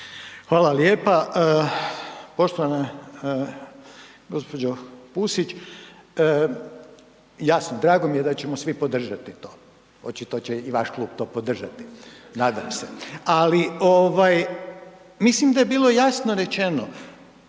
Hvala lijepa. Poštovana gđo. Pusić, jasno, drago mi je da ćemo svi podržati to, očito će i vaš klub to podržati, nadam se. Ali ovaj mislim da je bilo jasno rečeno,